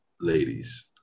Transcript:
ladies